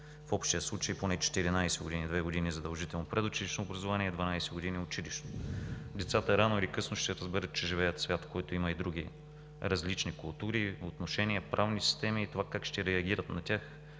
В общия случай поне 14 години – две години задължително предучилищно образование и 12 години училищно. Децата рано или късно ще разберат, че живеят в свят, в който има и други различни култури, отношения, правни системи и това как ще реагират на тях